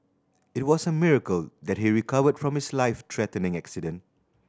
it was a miracle that he recovered from his life threatening accident